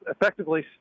effectively